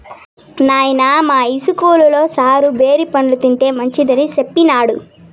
నాయనా, మా ఇస్కూల్లో సారు బేరి పండ్లు తింటే మంచిదని సెప్పినాడు